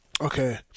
okay